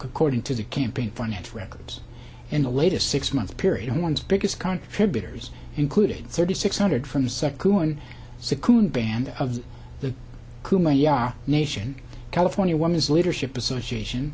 according to the campaign finance records in the latest six month period in one's biggest contributors including thirty six hundred from the second one sekula band of the nation california women's leadership association